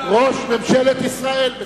חבר הכנסת טלב אלסאנע מבקש להיות ראש ממשלת ישראל.